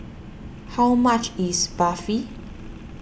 how much is Barfi